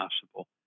possible